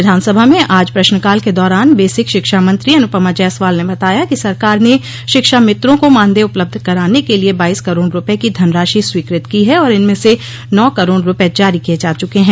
विधानसभा में आज प्रश्नकाल के दौरान बेसिक शिक्षा मंत्री अनुपमा जायसवाल ने बताया कि सरकार ने शिक्षा मित्रों को मानदेय उपलब्ध कराने के लिए बाईस करोड़ रूपये की धनराशि स्वीकृत की है और इनमें से नौ करोड़ रूपये जारी किये जा चुके हैं